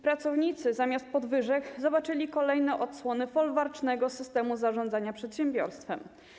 Pracownicy zamiast podwyżek zobaczyli kolejne odsłony folwarcznego systemu zarządzania przedsiębiorstwem.